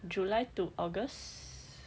july to august